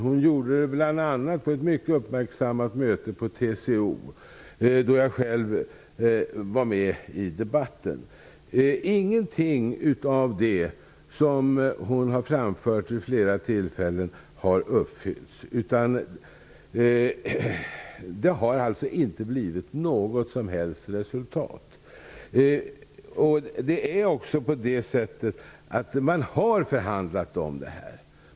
Hon gjorde det bl.a. på ett mycket uppmärksammat möte ordnat av TCO, där jag deltog i debatten. Ingenting av det som Reidunn Laurén har framfört vid flera tillfällen har uppfyllts. Det har inte blivit något som helst resultat. Man har förhandlat om detta.